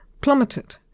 plummeted